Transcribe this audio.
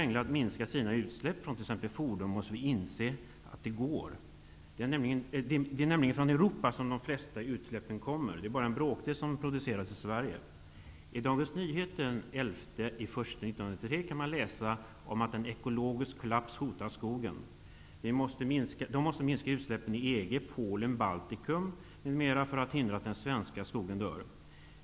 England att minska sina utsläpp från t.ex. fordon måste vi visa att det går att genomföra. Det är nämligen från det övriga Europa som de stora utsläppen kommer. Det är bara en bråkdel som produceras i Sverige. I Dagens Nyheter den 11 januari 1993 kan man läsa om att ekologisk kollaps hotar skogen och att Baltikum kan hindra att den svenska skogen dör''.